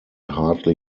hardly